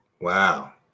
Wow